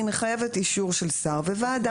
היא מחייבת אישור של שר וועדה.